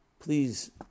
Please